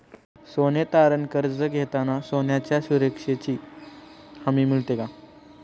सोने तारण कर्ज घेताना सोन्याच्या सुरक्षेची हमी मिळते का?